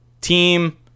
Team